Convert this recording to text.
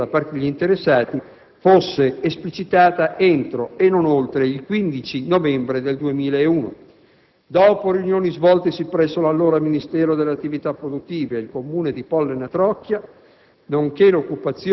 purché la richiesta da parte degli interessati fosse esplicitata entro e non oltre il 15 novembre 2001. Dopo riunioni svoltesi presso il Ministero delle attività produttive e il Comune di Pollena Trocchia,